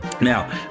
Now